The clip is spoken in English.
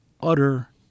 utter